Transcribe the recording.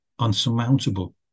unsurmountable